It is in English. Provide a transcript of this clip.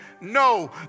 No